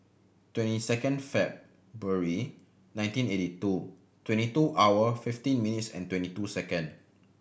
twenty second February nineteen eighty two twenty two hour fifteen minutes and twenty two second